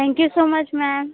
thank you so much ma'am